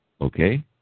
Okay